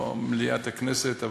לא מליאת הכנסת,